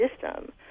system